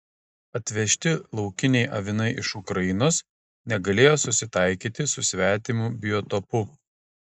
atvežti laukiniai avinai iš ukrainos negalėjo susitaikyti su svetimu biotopu